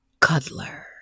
cuddler